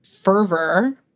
fervor